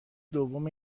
دوم